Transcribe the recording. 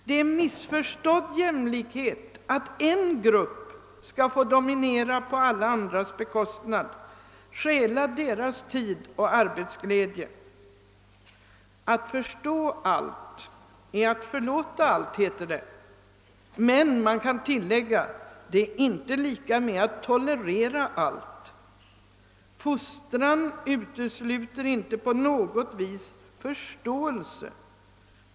Det är missförstådd jämlikhet att en grupp skall få dominera på alla andras bekostnad, stjäla deras tid och arbetsglädje. Att förstå allt är att förlåta allt, heter det, men man kan tillägga: det är inte lika med att tolerera allt. Fostran utesluter inte på något vis förståelse.